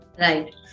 Right